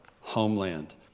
homeland